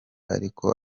ariko